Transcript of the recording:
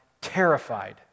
terrified